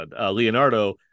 Leonardo